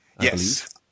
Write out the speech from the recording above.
Yes